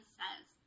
says